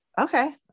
Okay